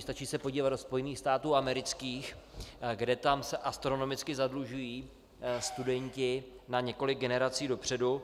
Stačí se podívat do Spojených států amerických, kde se astronomicky zadlužují studenti na několik generací dopředu.